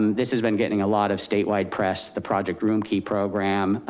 this has been getting a lot of statewide press, the project room key program,